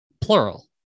plural